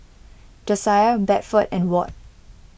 Jasiah Bedford and Ward